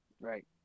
Right